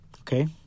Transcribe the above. Okay